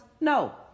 No